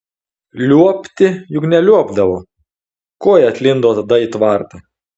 liuobti juk neliuobdavo ko ji atlindo tada į tvartą